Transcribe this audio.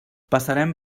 passarem